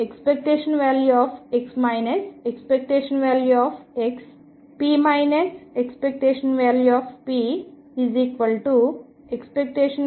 ఎడమ చేతి వైపు చేద్దాం